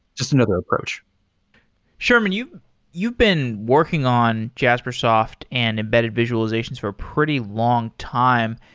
just another approach sherman, you've you've been working on jaspersoft and embedded visualizations for a pretty long time.